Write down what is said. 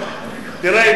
תראה,